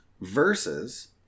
Versus